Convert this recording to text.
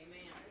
Amen